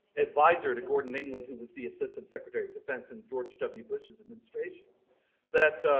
adviser to gordon england who was the assistant secretary of defense in george w. bush's administration that